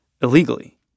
illegally